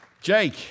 Jake